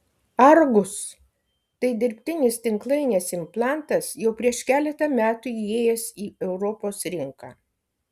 argus tai dirbtinis tinklainės implantas jau prieš keletą metų įėjęs į europos rinką